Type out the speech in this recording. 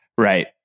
Right